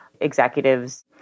executives